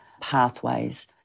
pathways